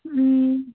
ꯎꯝ